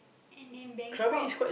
and then Bangkok